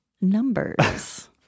numbers